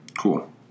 Cool